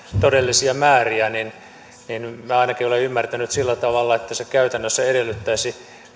todellisia määriä niin minä ainakin olen ymmärtänyt sillä tavalla että se käytännössä edellyttäisi